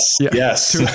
yes